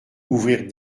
ouvrir